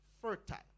fertile